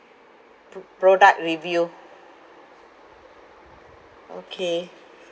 pro~ product review okay